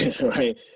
right